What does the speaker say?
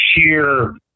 sheer